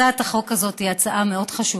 הצעת החוק הזאת היא הצעה מאוד חשובה.